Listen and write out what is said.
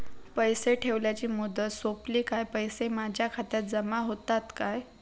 पैसे ठेवल्याची मुदत सोपली काय पैसे माझ्या खात्यात जमा होतात काय?